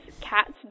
cats